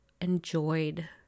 enjoyed